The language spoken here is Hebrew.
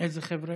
איזה חבר'ה?